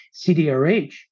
CDRH